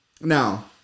now